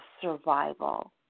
survival